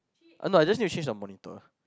oh no I just need to change the monitor